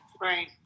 Right